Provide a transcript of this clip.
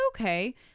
okay